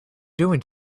doing